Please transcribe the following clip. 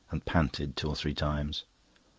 and panted two or three times.